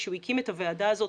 כשהוא הקים את הוועדה הזאת,